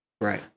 Right